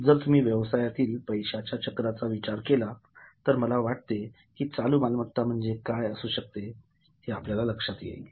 जर तुम्ही व्यवसायातील पैशाच्या चक्राचा विचार केला तर मला वाटते कि चालू मालमत्ता काय असू शकते हे आपल्याला जाणवेल